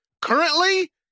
currently